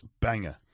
banger